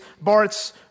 Bart's